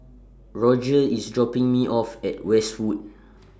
Rodger IS dropping Me off At Westwood